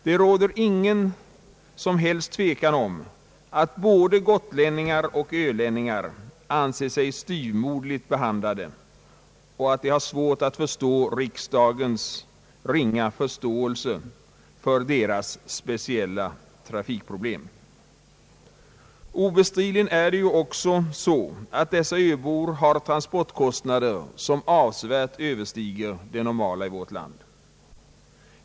Det råder ingen som helst tvekan om att både gotlänningar och ölänningar anser sig styvmoderligt behandlade och att de har svårt att fatta riksdagens ringa föreståelse för deras speciella trafikproblem. Obestridligen är det också så att dessa öbor har transportkostnader som avsevärt överstiger det normala i vårt land.